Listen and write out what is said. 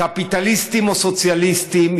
קפיטליסטים או סוציאליסטיים,